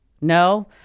No